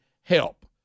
help